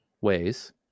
ways